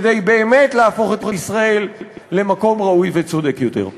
כדי באמת להפוך את ישראל למקום ראוי וצודק יותר.